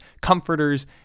comforters